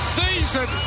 season